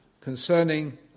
concerning